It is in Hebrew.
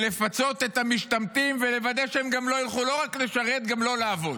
לפצות את המשתמטים ולוודא שהם גם לא יוכלו לא רק לשרת גם לא לעבוד?